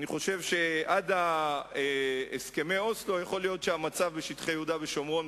אני חושב שעד הסכמי אוסלו יכול להיות שהמצב בשטחי יהודה ושומרון,